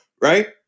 Right